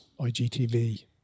IGTV